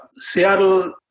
Seattle